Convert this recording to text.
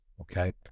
okay